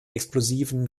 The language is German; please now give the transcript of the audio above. explosiven